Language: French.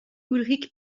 ulrich